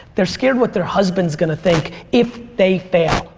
they're scared what their husband is gonna think if they fail,